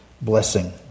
blessing